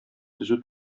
төзү